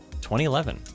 2011